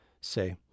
say